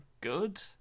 good